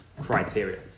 criteria